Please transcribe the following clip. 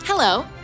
Hello